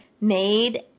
made